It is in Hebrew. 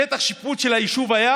שטח השיפוט של היישוב היה